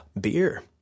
beer